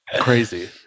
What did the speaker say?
Crazy